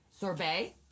Sorbet